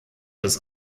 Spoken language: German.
des